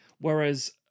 Whereas